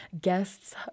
guests